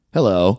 Hello